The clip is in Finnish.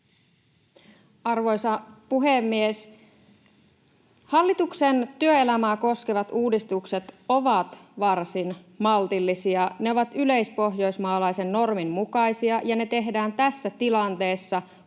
Arvoisa puhemies! Hallituksen työelämää koskevat uudistukset ovat varsin maltillisia. Ne ovat yleispohjoismaalaisen normin mukaisia, ja ne tehdään tässä tilanteessa, kun Suomen